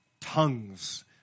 tongues